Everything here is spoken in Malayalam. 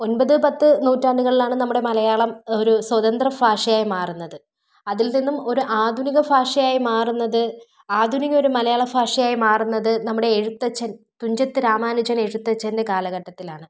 ഒൻപത് പത്ത് നൂറ്റാണ്ടുകളിലാണ് നമ്മുടെ മലയാളം ഒരു സ്വതന്ത്ര ഭാഷയായി മാറുന്നത് അതിൽ നിന്നും ഒരു ആധുനിക ഭാഷയായി മാറുന്നത് ആധുനിക ഒരു മലയാളഭാഷയായി മാറുന്നത് നമ്മുടെ എഴുത്തച്ഛൻ തുഞ്ചത്ത് രാമാനുജൻ എഴുത്തച്ഛൻ്റെ കാലഘട്ടത്തിലാണ്